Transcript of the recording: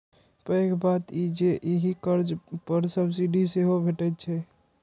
पैघ बात ई जे एहि कर्ज पर सब्सिडी सेहो भैटै छै